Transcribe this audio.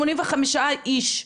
85 איש,